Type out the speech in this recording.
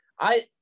I-